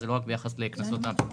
זה לא רק ביחס לקנסות וריבית פיגורים.